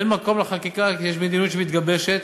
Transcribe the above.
אין מקום לחקיקה, כי יש מדיניות שמתגבשת